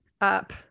up